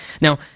Now